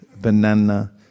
banana